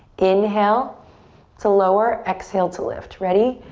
inhale to lower, exhale to lift. ready,